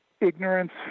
Ignorance